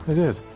did